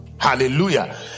Hallelujah